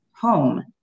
home